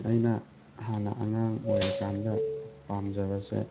ꯑꯩꯅ ꯍꯥꯟꯅ ꯑꯉꯥꯡ ꯑꯣꯏꯔꯤꯀꯥꯟꯗ ꯄꯥꯝꯖꯕꯁꯦ